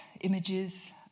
images